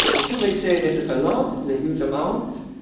but you may say this is a lot, this is a huge amount.